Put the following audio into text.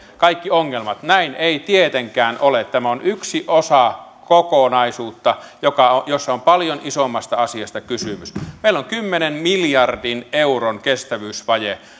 kaikki ongelmat näin ei tietenkään ole tämä on yksi osa kokonaisuutta jossa on paljon isommasta asiasta kysymys meillä on kymmenen miljardin euron kestävyysvaje